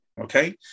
okay